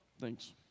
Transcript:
Thanks